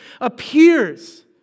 appears